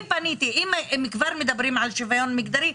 אם כבר מדברים על שוויון מגדרי,